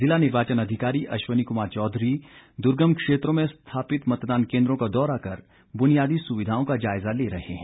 जिला निर्वाचन अधिकारी अश्वनी कुमार चौधरी दुर्गम क्षेत्रों में स्थापित मतदान केंद्रों का दौरा कर बुनियादी सुविधाओं का जायजा ले रहे हैं